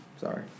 Sorry